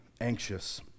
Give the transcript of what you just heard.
Anxious